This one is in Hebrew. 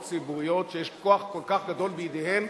ציבוריות שיש כוח כל כך גדול בידיהן,